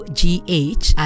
gh